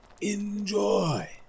enjoy